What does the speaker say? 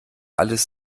alles